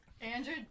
Andrew